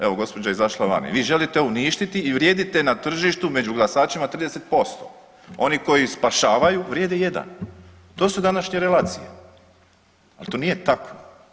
Evo gospođa je izašla van, vi želite uništiti i vrijedite na tržištu među glasačima 30%, oni koji spašavaju vrijede jedan to su današnje relacije, ali to nije tako.